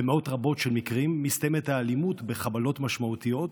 במאות רבות של מקרים מסתיימת האלימות בחבלות משמעותיות,